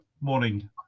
Morning